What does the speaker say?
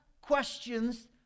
questions